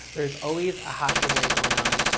there's always a hot giveaway going on.